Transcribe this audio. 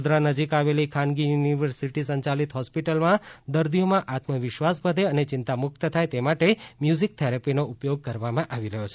વડોદરા નજીક આવેલી ખાનગી યુનિવર્સિટી સંચાલિત હોસ્પિટલમાં દર્દીઓમા આત્મવિશ્વાસ વધે અને ચિંતામુક્ત થાય તે માટે મ્યુઝિક થેરાપીનો ઉપયોગ કરવામાં આવી રહ્યો છે